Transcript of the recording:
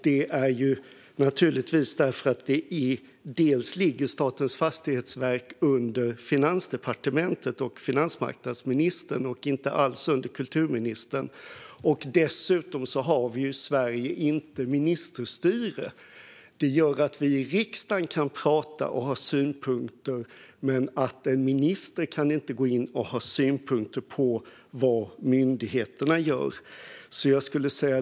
Så är det naturligtvis eftersom Statens fastighetsverk ligger under Finansdepartementet och finansmarknadsministern och inte alls under kulturministern. Dessutom har vi inte ministerstyre i Sverige. Det gör att vi i riksdagen kan prata och ha synpunkter, men en minister kan inte ha synpunkter på vad myndigheterna gör.